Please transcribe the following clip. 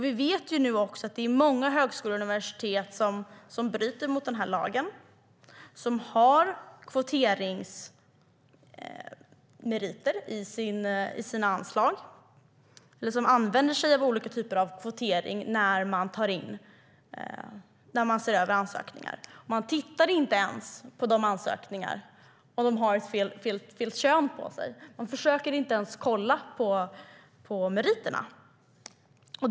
Vi vet att många högskolor och universitet bryter mot lagen och använder sig av olika typer av kvotering när de ser över ansökningar. De tittar inte ens på ansökningar där könet är fel och kollar inte på meriterna.